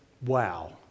wow